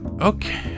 Okay